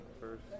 first